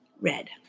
Red